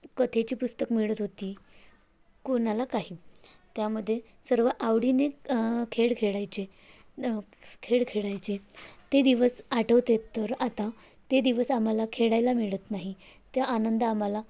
कथेची पुस्तक मिळत होती कोणाला काही त्यामध्ये सर्व आवडीने खेळ खेळायचे खेळ खेळायचे ते दिवस आठवते तर आता ते दिवस आम्हाला खेळायला मिळत नाही त्या आनंद आम्हाला